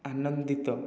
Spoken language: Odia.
ଆନନ୍ଦିତ